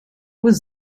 was